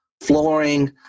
flooring